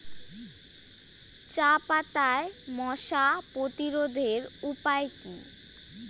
চাপাতায় মশা প্রতিরোধের উপায় কি?